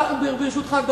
ברשותך,